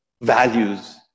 values